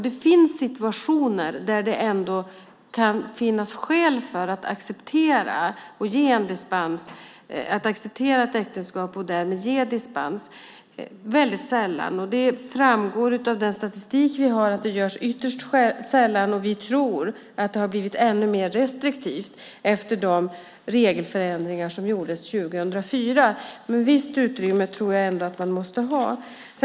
Det finns situationer där det kan finnas skäl för att acceptera ett äktenskap och därmed ge dispens. Det är dock mycket sällan. Det framgår av den statistik vi har att det görs ytterst sällan. Vi tror att det har blivit ännu restriktivare efter de regelförändringar som gjordes 2004. Visst utrymme måste man dock ha.